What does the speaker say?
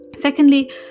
Secondly